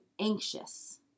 anxious